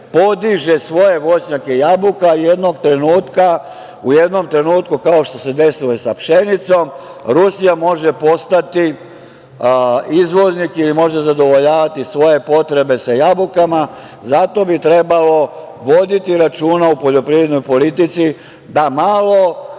podiže svoje voćnjake jabuka.U jednom trenutku kao što se desilo i sa pšenicom, Rusija može postati izvoznik ili može zadovoljavati svoje potrebe sa jabukama. Zato bi trebalo voditi računa u poljoprivrednoj politici, da malo